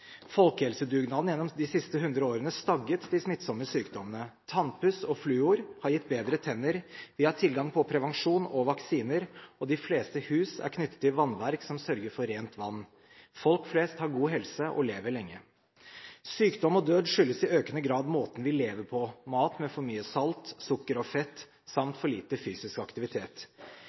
Folkehelsedugnaden gjennom de siste 100 årene stagget de smittsomme sykdommene. Tannpuss og fluor har gitt bedre tenner, vi har tilgang på prevensjon og vaksiner, og de fleste hus er knyttet til vannverk som sørger for rent vann. Folk flest har god helse og lever lenge. Sykdom og død skyldes i økende grad måten vi lever på: mat med for mye salt, sukker og fett samt for lite fysisk aktivitet.